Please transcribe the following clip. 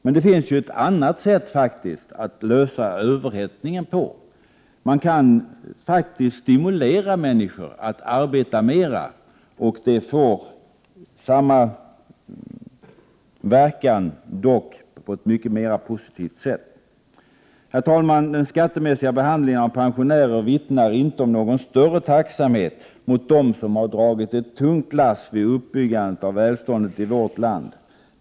Men det finns också ett annat sätt att lösa överhettningen på. Man kan faktiskt stimulera människor att arbeta mera. Det får samma verkan, dock på ett mera positivt sätt. Herr talman! Den skattemässiga behandlingen av pensionärer vittnar inte om någon större tacksamhet mot dem som dragit ett tungt lass vid uppbyggnaden av välståndet i vårt land.